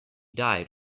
died